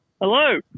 Hello